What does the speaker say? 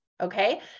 Okay